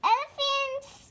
Elephants